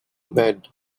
bed